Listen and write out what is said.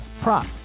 prop